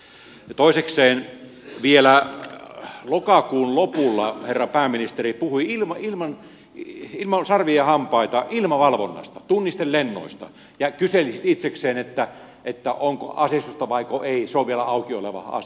ja toisekseen vielä lokakuun lopulla herra pääministeri puhui ilman sarvia ja hampaita ilmavalvonnasta tunnistelennoista ja kyseli sitten itsekseen että onko aseistusta vaiko ei se on vielä auki oleva asia